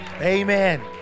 Amen